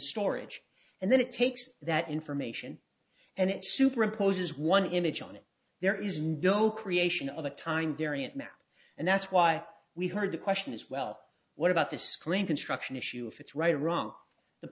storage and then it takes that information and it superimposes one image on it there is no creation of the time variant map and that's why we heard the question is well what about the screen construction issue if it's right or wrong the